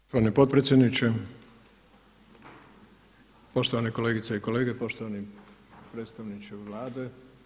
Gospodine potpredsjedniče, poštovane kolegice i kolege, poštovani predstavniče Vlade.